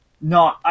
no